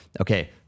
okay